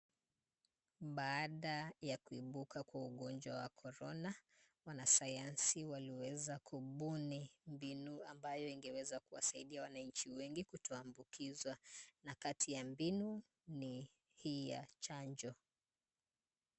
Baada ya kuibuka kwa ugonjwa wa Korona. wanasayanzi wakiweza kubuni mbinu ambayo ingeweza kuwasadia wananchi wengi, kutoambukiswa na kati ya mbinu ni hii ya chanjo.